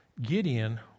Gideon